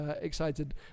excited